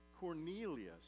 Cornelius